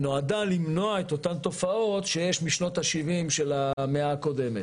היא נועדה למנוע את אותן תופעות שיש משנות ה-70 של המאה הקודמת,